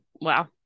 Wow